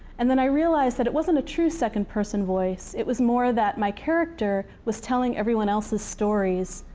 and then i realized that it wasn't a true second person voice. it was more that my character was telling everyone else's stories,